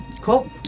Cool